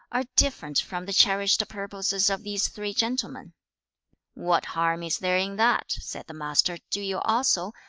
are different from the cherished purposes of these three gentlemen what harm is there in that said the master do you also,